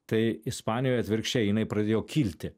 tai ispanijoj atvirkščiai jinai pradėjo kilti